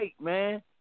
man